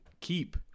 keep